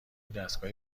دستگاه